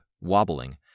wobbling